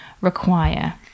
require